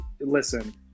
listen